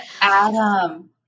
Adam